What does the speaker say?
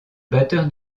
batteur